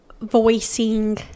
voicing